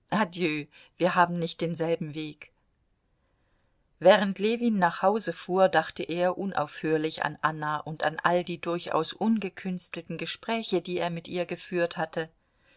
wir haben nicht denselben weg während ljewin nach hause fuhr dachte er unaufhörlich an anna und an all die durchaus ungekünstelten gespräche die er mit ihr geführt hatte